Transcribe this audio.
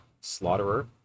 slaughterer